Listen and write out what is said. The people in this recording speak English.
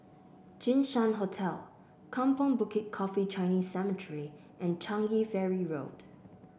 Jinshan Hotel Kampong Bukit Coffee Chinese Cemetery and Changi Ferry Road